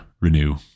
Renew